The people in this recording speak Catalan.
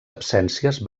absències